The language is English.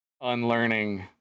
unlearning